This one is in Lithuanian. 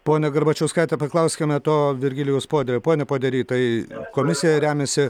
ponia garbačiauskaite paklauskime to virgilijaus poderio pone podery tai komisija remiasi